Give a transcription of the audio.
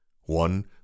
one